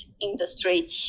industry